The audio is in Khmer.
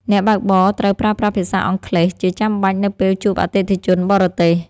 អ្នកបើកបរត្រូវប្រើប្រាស់ភាសាអង់គ្លេសជាចាំបាច់ នៅពេលជួបអតិថិជនបរទេស។